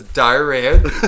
diarrhea